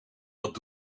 dat